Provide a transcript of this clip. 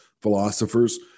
philosophers